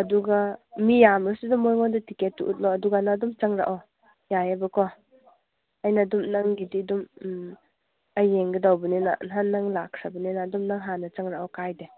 ꯑꯗꯨꯒ ꯃꯤ ꯌꯥꯝꯃꯁꯨ ꯑꯗꯨꯝ ꯃꯣꯏꯉꯣꯟꯗ ꯇꯤꯛꯀꯦꯠꯇꯨ ꯎꯠꯂꯣ ꯑꯗꯨꯒ ꯅꯪ ꯑꯗꯨꯝ ꯆꯪꯂꯛꯑꯣ ꯌꯥꯏꯌꯦꯕꯀꯣ ꯑꯩꯅ ꯗꯨꯝ ꯅꯪꯒꯤꯗꯤ ꯗꯨꯝ ꯑꯩ ꯌꯦꯡꯒꯗꯧꯕꯅꯤꯅ ꯅꯍꯥꯟ ꯅꯪ ꯂꯥꯛꯈ꯭ꯔꯕꯅꯤꯅ ꯑꯗꯨꯝ ꯅꯪ ꯍꯥꯟꯅ ꯆꯪꯂꯛꯑꯣ ꯀꯥꯏꯗꯦ